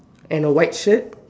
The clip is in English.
and a white shirt